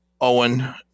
owen